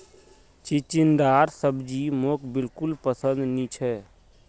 चिचिण्डार सब्जी मोक बिल्कुल पसंद नी छ